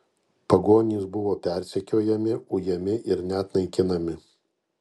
pagonys buvo persekiojami ujami ir net naikinami